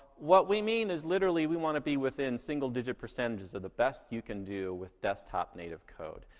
what we mean is, literally, we wanna be within single digit percentages of the best you can do with desktop native code.